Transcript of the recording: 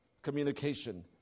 Communication